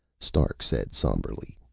stark said somberly,